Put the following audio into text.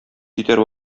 җитәр